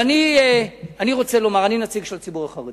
אני רוצה לומר: אני נציג של הציבור החרדי.